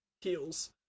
heels